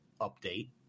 update